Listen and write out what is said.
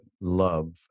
love